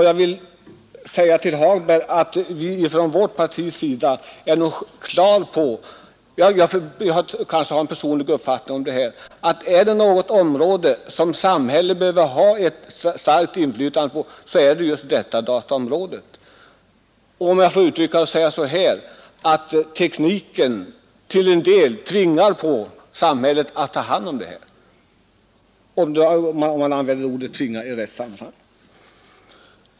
Till herr Hagberg vill jag säga att vi inom vårt parti har klart för oss — jag har möjligen en personlig uppfattning om detta — att samhället i synnerhet när det gäller dataområdet bör ha ett starkt inflytande. Tekniken ”tvingar” till en del samhället att ta hand om detta.